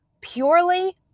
purely